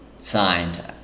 signed